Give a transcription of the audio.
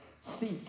Seek